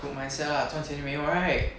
good mindset lah 赚钱没有 right